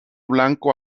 blanco